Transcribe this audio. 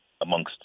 amongst